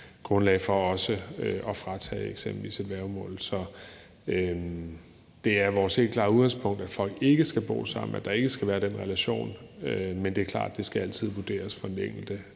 uanset hvor lang afstand der er imellem dem. Det er vores helt klare udgangspunkt, at folk ikke skal bo sammen, at der ikke skal være den relation, men det er klart, at det altid skal vurderes ud fra den enkelte